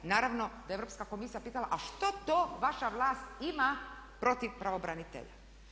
Naravno da je Europska komisija pitala a što to vaša vlast ima protiv pravobranitelja.